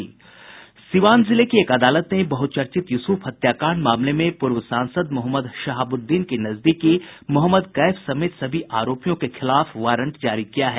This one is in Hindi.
सिवान जिले की एक अदालत ने बहुचर्चित यूसूफ हत्याकांड मामले में पूर्व सांसद मोहम्मद शाहाबुद्दीन के नजदीकी मोहम्मद कैफ समेत सभी आरोपियों के खिलाफ वारंट जारी किया है